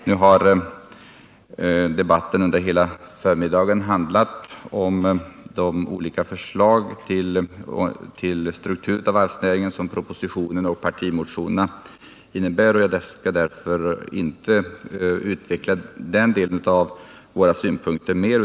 Nu har debatten hela förmiddagen handlat om de olika förslag rörande varvsnäringens struktur som propositionen och partimotionerna innehåller, och jag skall därför inte utveckla den delen av våra synpunkter mer.